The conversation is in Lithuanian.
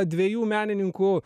dviejų menininkų